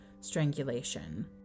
strangulation